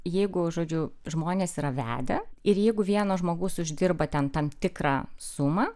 jeigu žodžiu žmonės yra vedę ir jeigu vienas žmogus uždirba ten tam tikrą sumą